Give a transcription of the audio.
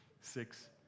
six